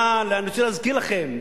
אני רוצה להזכיר לכם: